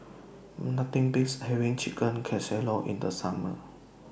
Nothing Beats having Chicken Casserole in The Summer